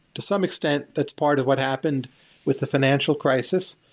to some extent, that's part of what happened with the financial crisis.